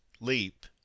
leap